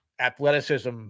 athleticism